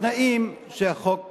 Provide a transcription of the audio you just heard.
בתנאים שהחוק קובע.